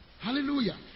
Hallelujah